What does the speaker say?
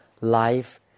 life